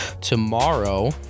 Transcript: tomorrow